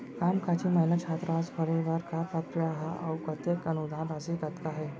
कामकाजी महिला छात्रावास खोले बर का प्रक्रिया ह अऊ कतेक अनुदान राशि कतका हे?